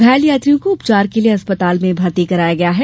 घायल यात्रियों को उपचार के लिए अस्पताल में भर्ती कराया गया है